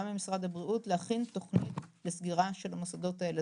ממשרד הבריאות להכין תוכנית לסגירה של המוסדות האלה.